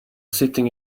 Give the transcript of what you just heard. sitting